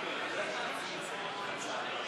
כהצעת הוועדה, נתקבלו.